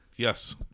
Yes